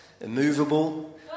Immovable